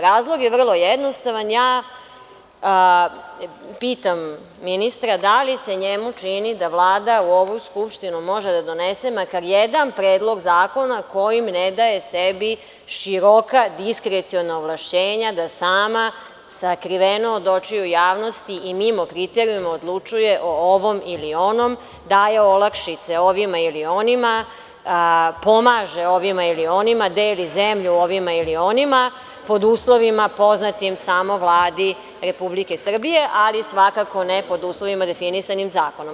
Razlog je vrlo jednostavan, ja pitam ministra – da li se njemu čini da Vlada u ovu Skupštinu može da donese makar jedan predlog zakona kojim ne daje sebi široka diskreciona ovlašćenja da sama sakriveno od očiju javnosti i mimo kriterijuma odlučuje o ovom ili onom, daje olakšice ovima ili onima, pomaže ovima ili onima, deli zemlju ovima ili onima, pod uslovima poznatim samo Vladi Republike Srbije, ali svakako ne pod uslovima definisanim zakonom.